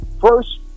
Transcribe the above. first